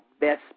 best